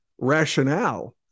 rationale